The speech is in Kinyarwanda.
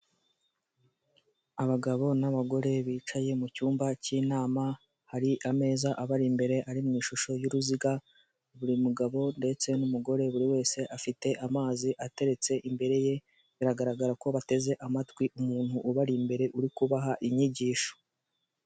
Abagabo n'abagore bicaye mu cyumba k'inama hari ameza abari imbere ari mu ishusho y'uruziga, buri mugabo ndetse n'umugore buri wese afite amazi ateretse imbere ye, biragaragara ko bateze amatwi umuntu ubari imbere uri kubaha inyigisho.